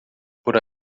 por